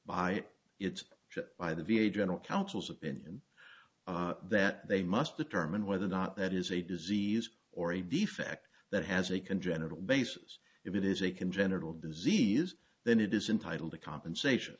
by its by the v a general counsel's opinion that they must determine whether or not that is a disease or a defect that has a congenital basis if it is a congenital disease then it is entitle to compensation